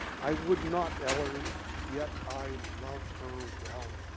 i would not ellery yet i love her well.